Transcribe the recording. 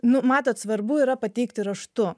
nu matot svarbu yra pateikti raštu